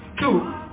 Two